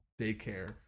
daycare